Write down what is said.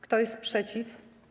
Kto jest przeciw?